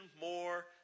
more